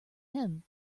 him